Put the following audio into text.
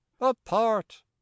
apart